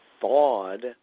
thawed